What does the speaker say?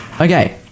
Okay